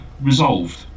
resolved